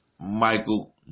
Michael